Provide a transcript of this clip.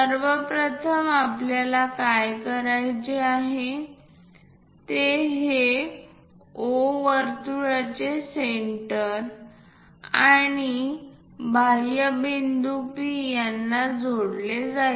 सर्व प्रथम आपल्याला काय करायचे आहे ते हे O वर्तुळाचे सेंटर आणि बाह्य बिंदू P यांना जोडले जाईल